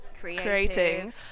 creating